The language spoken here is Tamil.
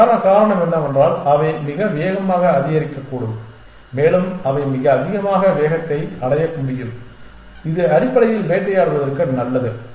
அதற்கான காரணம் என்னவென்றால் அவை மிக வேகமாக அதிகரிக்கக்கூடும் மேலும் அவை மிக அதிக வேகத்தை அடைய முடியும் இது அடிப்படையில் வேட்டையாடுவதற்கு நல்லது